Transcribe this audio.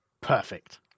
Perfect